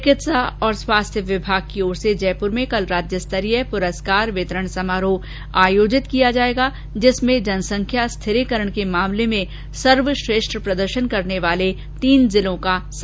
चिकित्सा और स्वास्थ्य विभाग की ओर से जयपुर में कल राज्यस्तरीय पुरस्कार वितरण समारोह आयोजित किया जाएगा जिसमें जनसंख्या स्थिरीकरण के मामले में सर्वश्रेष्ठ प्रदर्षन करने वाले तीने जिले सम्मानित होंगे